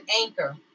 Anchor